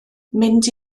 mynd